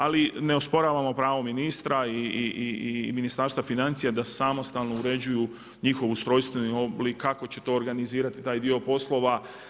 Ali ne osporavamo pravo ministra i Ministarstva financija da samostalno uređuju njih ustrojstveni oblik kako će to organizirati taj dio poslova.